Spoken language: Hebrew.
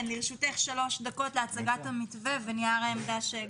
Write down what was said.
לרשותך שלוש דקות להצגת המתווה ונייר העמדה שהגשתם.